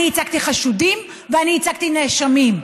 אני ייצגתי חשודים ואני ייצגתי נאשמים,